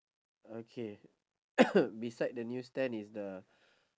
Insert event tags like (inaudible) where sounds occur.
okay (coughs) beside the news stand is the